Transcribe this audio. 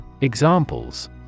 Examples